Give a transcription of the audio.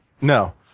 No